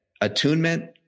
attunement